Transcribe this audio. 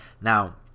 now